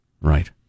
Right